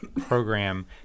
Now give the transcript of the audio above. program